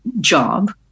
job